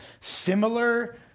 similar